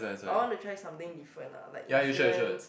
but I wanna try something different lah like insurance